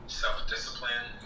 self-discipline